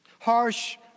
harsh